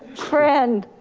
friend.